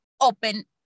open